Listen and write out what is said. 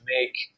make